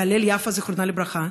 והלל יפה, זיכרונה לברכה,